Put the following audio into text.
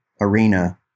arena